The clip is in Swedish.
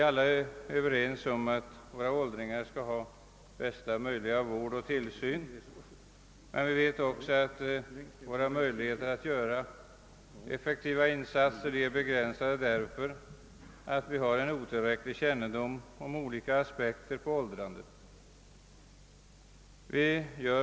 Alla är vi överens om att våra åldringar skall ha bästa möjliga vård och tillsyn, men vi vet också att möjligheterna att göra effektiva insatser är begränsade, därför att vi har otillräcklig kännedom om olika aspekter på åldrandet.